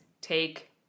Take